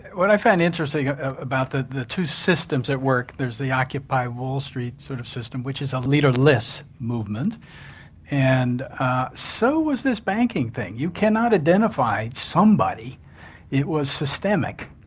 what i find interesting about the the two systems that work, there's the occupy wall st sort of system which is a leaderless movement and so is this banking thing. you cannot identify somebody it was systemic,